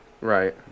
Right